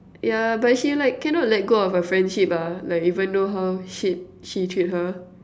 yeah but she like cannot let go of her friendship ah like even though how she she treat her